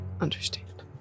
Understand